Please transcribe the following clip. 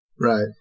Right